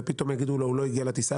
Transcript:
יגידו לו שהוא לא הגיע לטיסה.